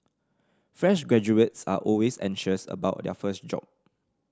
fresh graduates are always anxious about their first job